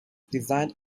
designed